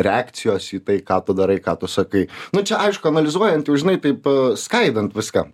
reakcijos į tai ką tu darai ką tu sakai nu čia aišku analizuojant jau žinai taip skaidant viską